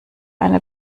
eine